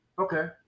Okay